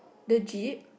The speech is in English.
legit